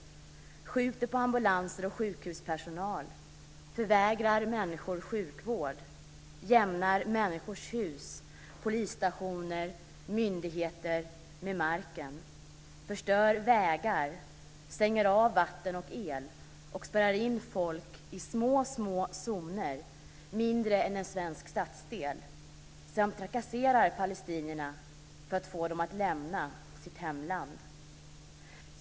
Man skjuter på ambulanser och sjukhuspersonal, förvägrar människor sjukvård och jämnar människors hus, polisstationer och myndigheter med marken. Man förstör vägar, stänger av vatten och el och spärrar in folk i små, små zoner - mindre än en svensk stadsdel - samt trakasserar palestinierna för att få dem att lämna sitt hemland.